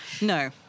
No